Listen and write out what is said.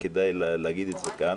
וכדאי להגיד את זה כאן,